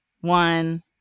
one